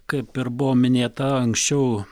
kaip ir buvo minėta anksčiau